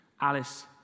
Alice